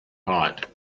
hot